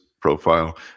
profile